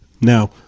Now